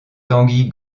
tanguy